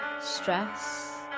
stress